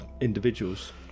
individuals